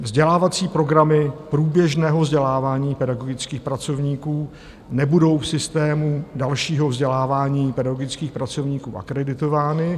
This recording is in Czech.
Vzdělávací programy průběžného vzdělávání pedagogických pracovníků nebudou v systému dalšího vzdělávání pedagogických pracovníků akreditovány.